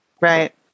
right